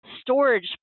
storage